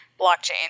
blockchain